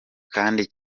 kandi